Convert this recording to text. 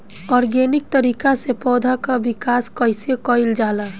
Organic तरीका से पौधा क विकास कइसे कईल जाला?